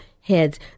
heads